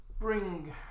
bring